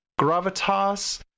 gravitas